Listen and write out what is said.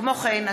כמו כן,